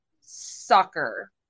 sucker